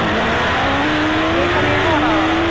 आं एकमेव